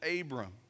Abram